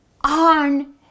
on